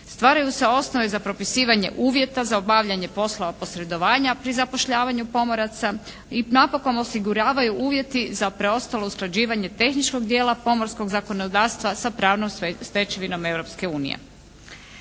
stvaraju se osnove za propisivanje uvjeta za obavljanje poslova posredovanja pri zapošljavanju pomoraca i napokon osiguravaju uvjeti za preostalo usklađivanje tehničkog dijela pomorskog zakonodavstva sa pravnom stečevinom